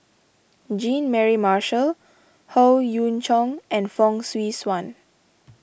Jean Mary Marshall Howe Yoon Chong and Fong Swee Suan